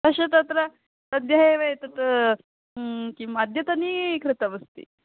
पश्यदत्र सद्यः एव एतत् किम् अद्यतनं कृतमस्ति